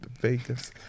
Vegas